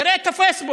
תראה את הפייסבוק,